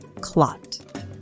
clot